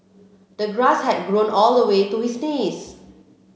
the grass had grown all the way to his knees